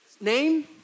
Name